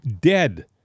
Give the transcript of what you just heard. dead